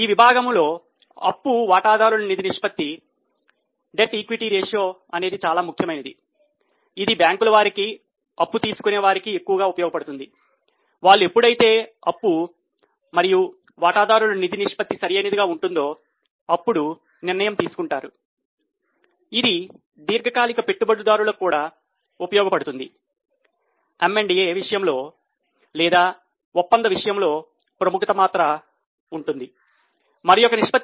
ఈ విభాగంలో అప్పు వాటాదారుల నిధి నిష్పత్తి